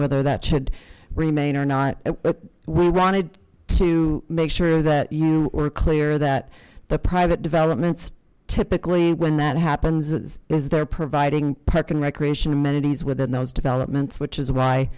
whether that should remain or not we wanted to make sure that you were clear that the private developments typically when that happens is because they're providing puc and recreation amenities within those developments which is why